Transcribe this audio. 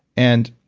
and,